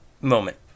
moment